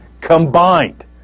combined